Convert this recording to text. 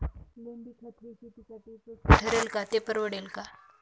लेंडीखत हे शेतीसाठी उपयुक्त ठरेल का, ते परवडेल का?